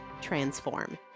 transform